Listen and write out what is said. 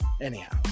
Anyhow